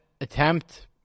attempt